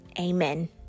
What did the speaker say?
amen